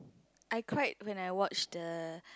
I cried when I watched the